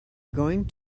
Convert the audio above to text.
going